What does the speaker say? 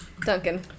Duncan